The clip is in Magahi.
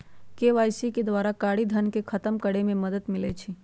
के.वाई.सी के द्वारा कारी धन के खतम करए में मदद मिलइ छै